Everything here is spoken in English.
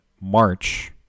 March